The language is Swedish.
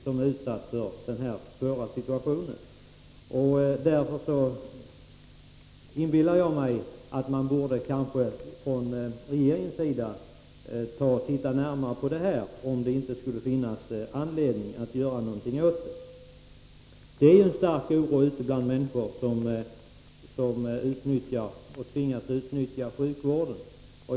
Jag anser att regeringen borde titta litet närmare på den här frågan och se efter om det inte finns anledning att göra någonting. Det finns en stark oro bland människor som utnyttjar och tvingas utnyttja sjukvården.